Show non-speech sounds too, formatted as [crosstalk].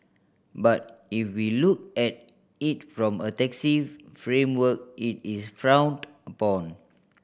but if we look at it from a taxi [unintelligible] framework it is frowned upon